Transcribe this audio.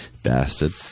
Bastard